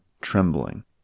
trembling